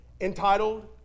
entitled